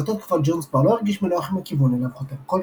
באותה תקופה ג'ונס כבר לא הרגיש בנוח עם הכיוון אליו חותר קולטריין.